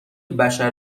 بشر